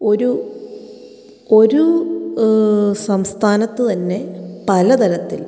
ഒരു ഒരു സംസ്ഥാനത്ത് തന്നെ പല തരത്തിൽ